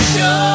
Show